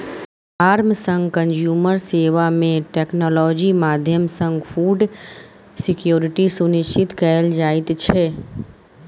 farm सँ consumer सेबा मे टेक्नोलॉजी माध्यमसँ फुड सिक्योरिटी सुनिश्चित कएल जाइत छै